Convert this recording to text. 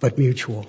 but mutual